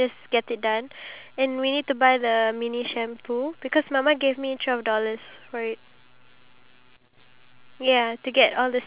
and then we can show them like okay so this is the our new lipstick collection here's a photo of it or we can edit cause I know how to include photos